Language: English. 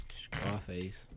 Scarface